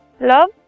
Love